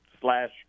slash